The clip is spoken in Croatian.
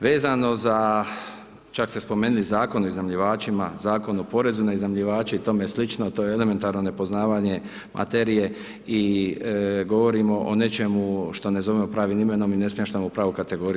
Vezano za, čak ste spomenuli Zakon o iznajmljivačima, Zakon o porezu na iznajmljivače i tome slično, to je elementarno nepoznavanje materije i govorimo o nečemu što ne zovemo pravim imenom i ne smještamo u pravu kategoriju.